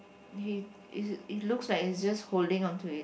he is it looks like he's just holding on to it